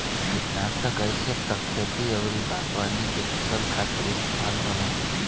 किटनासक आइसे त खेती अउरी बागवानी के फसल खातिर इस्तेमाल होला